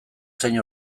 zein